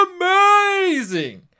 amazing